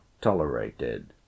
tolerated